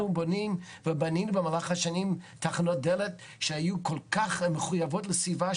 אנחנו בונים ובנינו במהלך השנים תחנות דלק שהיו כל כך מחויבות לסביבה.